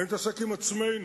אני מתעסק עם עצמנו,